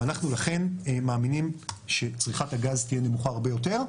ואנחנו לכן מאמינים שצריכת הגז תהיה נמוכה הרבה יותר.